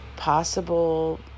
Possible